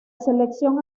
selección